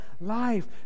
life